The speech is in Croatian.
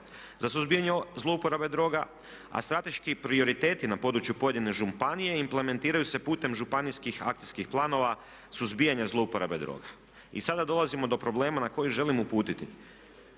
za suzbijanje zlouporabe droga. A strateški prioriteti na području pojedine županije implementiraju se putem županijskih akcijskih planova suzbijanja zlouporabe droga. I sada dolazimo do problema na koji želim uputiti.